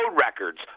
records